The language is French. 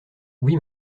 oui